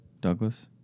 Douglas